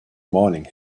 morning